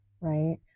right